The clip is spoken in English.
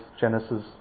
Genesis